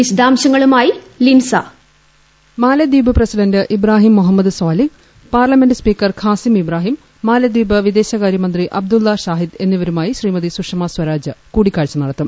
വിശദാംശങ്ങളുമായി Leensa voice Maldives president Ibrahim Mohamed Solih parliament speaker Qasim Ibrahim Maldives വിദേശകാര്യ മന്ത്രി അബ്ദുള്ള ഷാഹിദ് എന്നിവരുമായി ശ്രീമതി സുഷമസ്വരാജ് കൂടിക്കാഴ്ച നടത്തും